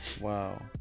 Wow